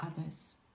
others